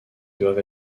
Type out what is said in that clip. doivent